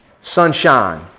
Sunshine